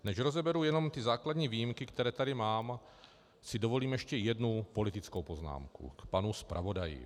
Než rozeberu jen ty základní výjimky, které tady mám, si dovolím ještě jednu politickou poznámku k panu zpravodaji.